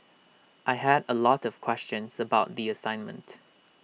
I had A lot of questions about the assignment